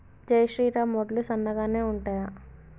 జై శ్రీరామ్ వడ్లు సన్నగనె ఉంటయా?